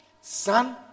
Son